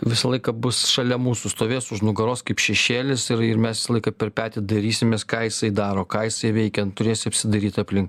visą laiką bus šalia mūsų stovės už nugaros kaip šešėlis ir ir mes visą laiką per petį dairysimės ką jisai daro ką jisai veikia turėsi apsidairyt aplink